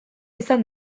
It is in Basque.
izan